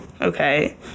okay